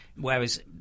Whereas